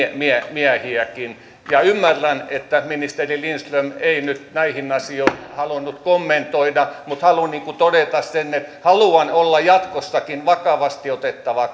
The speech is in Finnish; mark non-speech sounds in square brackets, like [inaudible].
miehiäkin ymmärrän että ministeri lindström ei nyt näitä asioita halunnut kommentoida mutta haluan todeta sen että haluan olla jatkossakin vakavasti otettava [unintelligible]